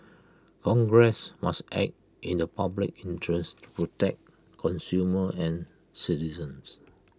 congress must act in the public interest to protect consumers and citizens